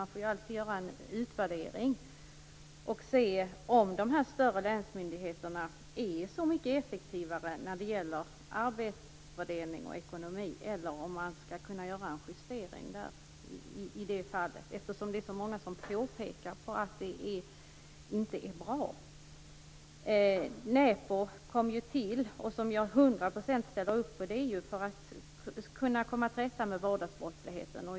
Man måste ju göra en utvärdering för att se om dessa större länsmyndigheter är så mycket effektivare när det gäller arbetsfördelning och ekonomi eller om man skall göra en justering i det fallet. Det är ju så många som påpekar att det inte är bra. Jag ställer upp på Näpo till hundra procent. Näpo kom ju till för att man skall komma till rätta med vardagsbrottsligheten.